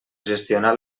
gestionar